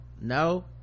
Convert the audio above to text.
no